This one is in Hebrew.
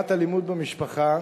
מניעת אלימות במשפחה,